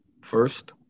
first